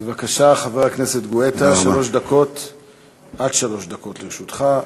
בבקשה, חבר הכנסת גואטה, עד שלוש דקות לרשותך.